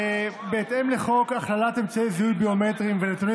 בהתאם לחוק הכללת אמצעי זיהוי ביומטריים ונתוני